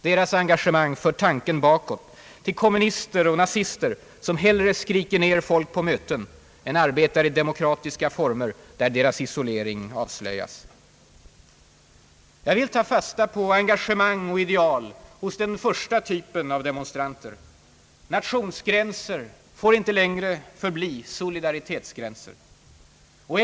Deras engagemang för tanken bakåt, till kommunister och nazister, som hellre skriker ned folk på möten än arbetar i demokratiska former, där deras isolering avslöjas. Jag vill ta fasta på engagemang och ideal hos den första typen av demonstranter. Nationsgränser får inte längre förbli solidaritetsgränser.